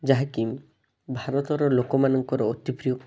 ଯାହାକି ଭାରତର ଲୋକମାନଙ୍କର ଅତି ପ୍ରିୟ